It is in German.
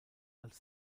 als